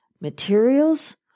materials